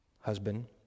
husband